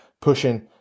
pushing